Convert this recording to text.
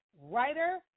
writer